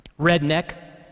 Redneck